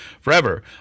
forever